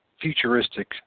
futuristic